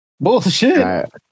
Bullshit